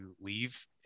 leave